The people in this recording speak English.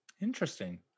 interesting